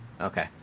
okay